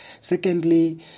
Secondly